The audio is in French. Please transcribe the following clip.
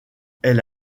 elle